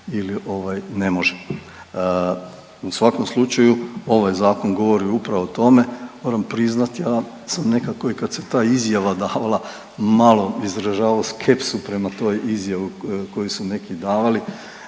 ovaj ne može. U svakom slučaju ovaj zakon govori upravo o tome, moram priznat ja sam nekako i kad se ta izjava davala malo izražavao skepsu prema toj izjavi koju su neki davali